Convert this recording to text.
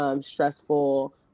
stressful